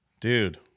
Dude